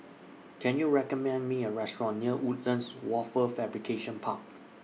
Can YOU recommend Me A Restaurant near Woodlands Wafer Fabrication Park